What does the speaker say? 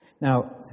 Now